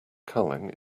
culling